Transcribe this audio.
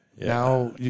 Now